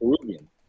Peruvian